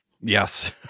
Yes